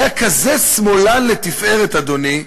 היה כזה שמאלן לתפארת, אדוני,